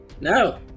No